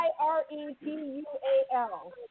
I-R-E-T-U-A-L